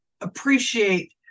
appreciate